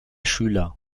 schüler